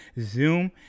zoom